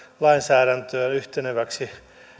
lainsäädäntöä yhteneväksi